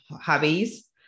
hobbies